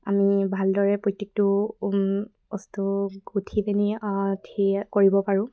আমি ভালদৰে প্ৰত্যেকটো বস্তু গুঠি পিনি থিয়ে কৰিব পাৰোঁ